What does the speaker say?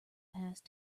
past